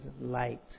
light